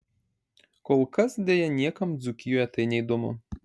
kol kas deja niekam dzūkijoje tai neįdomu